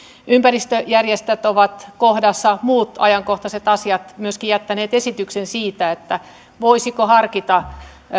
ympäristöjärjestöt ovat kohdassa muut ajankohtaiset asiat myöskin jättäneet esityksen siitä voisiko harkita